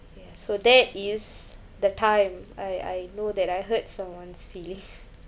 yes so that is the time I I know that I hurt someone's feelings